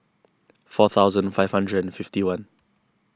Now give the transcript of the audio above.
four thousand five hundred and fifty one